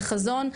החזון.